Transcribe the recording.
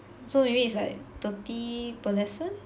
so maybe it's like thirty per lesson